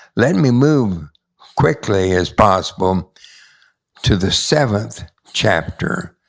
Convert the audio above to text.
let me move quickly as possible to the seventh chapter,